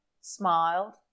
smiled